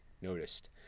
noticed